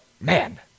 man